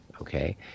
okay